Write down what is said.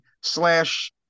slash